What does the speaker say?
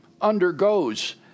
undergoes